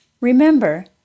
Remember